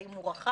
האם הוא רחב,